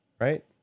right